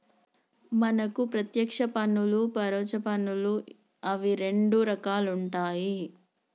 మనకు పత్యేక్ష పన్నులు పరొచ్చ పన్నులు అని రెండు రకాలుంటాయి